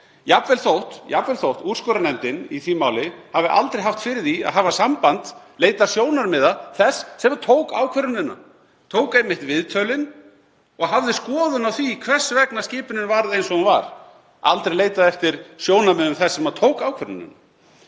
jafnvel þótt úrskurðarnefndin í því máli hafi aldrei haft fyrir því að hafa samband, leita sjónarmiða þess sem tók ákvörðunina, tók einmitt viðtölin og hafði skoðun á því hvers vegna skipunin varð eins og hún var. Það var aldrei leitað eftir sjónarmiðum þess sem tók ákvörðunina.